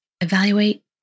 evaluate